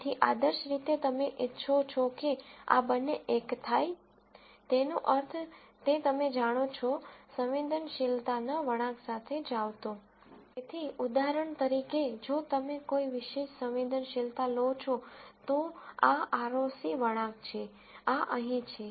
તેથી આદર્શ રીતે તમે ઇચ્છો છો કે આ બંને એક થાય તેનો અર્થ તે તમે જાણો છો આ સંવેદનશીલતા વળાંક તેથી ઉદાહરણ તરીકે જો તમે કોઈ વિશેષ સંવેદનશીલતા લો છો તો આ આરઓસી વળાંક છે આ અહીં છે